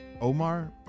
Omar